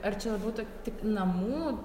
ar čia būtų tik namų